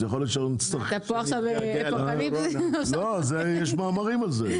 אז יכול להיות שלא נצטרך --- יש מאמרים על זה.